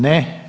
Ne.